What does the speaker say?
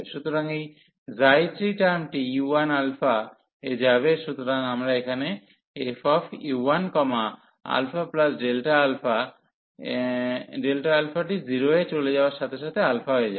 সুতরাং এই 3 টার্মটি u1α এ যাবে সুতরাং আমাদের এখানে fu1α ডেল্টা আলফাটি 0 এ চলে যাওয়ার সাথে সাথে আলফা হবে